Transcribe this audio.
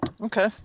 Okay